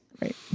Right